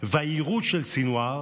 והיהירות של סנוואר